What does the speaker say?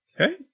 Okay